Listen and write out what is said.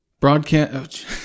broadcast